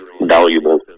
valuable